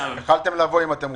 יכולתם לבוא אם רציתם.